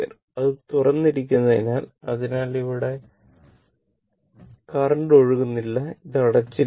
അത് തുറന്നിരിക്കുന്നതിനാൽ അതിനാൽ ഇവിടെയും കറന്റ് ഒഴുകുന്നില്ല ഇത് അടച്ചിരിക്കുന്നു